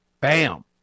Bam